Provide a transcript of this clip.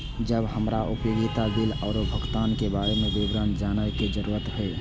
जब हमरा उपयोगिता बिल आरो भुगतान के बारे में विवरण जानय के जरुरत होय?